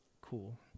cool